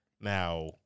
Now